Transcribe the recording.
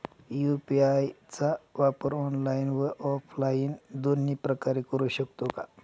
UPI चा वापर online व ऑफलाईन दोन्ही प्रकारे करु शकतो का?